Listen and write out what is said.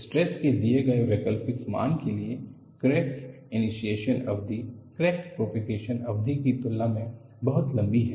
stress के दिए गए वैकल्पिक मान के लिए क्रैक इनीसीएसन अवधि क्रैक प्रॉपगेसन अवधि की तुलना में बहुत लंबी है